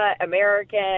American